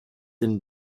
denn